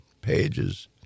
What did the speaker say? pages